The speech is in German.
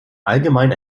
allgemein